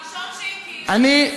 זכות הראשונים להכרה, זה